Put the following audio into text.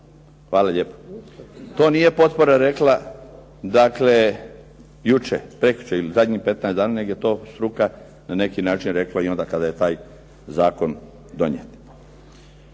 Hvala lijepo. To nije potpora rekla, dakle jučer, prekjučer ili zadnjih 15 dana, nego je to struka na neki način rekla i onda kada je taj zakon donijet.